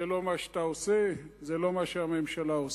זה לא מה שאתה עושה, זה לא מה שהממשלה עושה.